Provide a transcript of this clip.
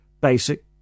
basic